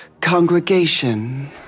congregation